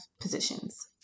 positions